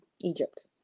egypt